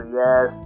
yes